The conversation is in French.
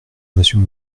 monsieur